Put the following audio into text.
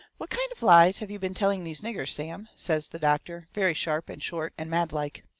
what kind of lies have you been telling these niggers, sam? says the doctor, very sharp and short and mad-like.